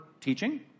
teaching